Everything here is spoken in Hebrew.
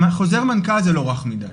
חוזר מנכ"ל זה לא רך מדי,